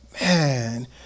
man